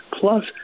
Plus